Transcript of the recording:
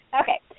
Okay